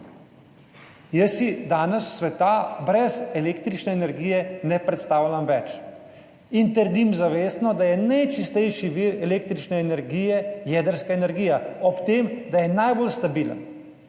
Jaz si danes sveta brez električne energije ne predstavljam več in trdim zavestno, da je najčistejši vir električne energije jedrska energija. Ob tem, da je najbolj stabilen,